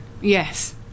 Yes